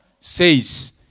says